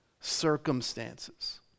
circumstances